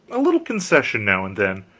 a little concession, now and then,